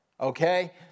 okay